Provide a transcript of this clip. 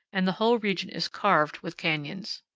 and the whole region is carved with canyons.